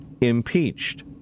impeached